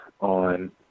on